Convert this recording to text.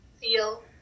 feel